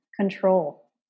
control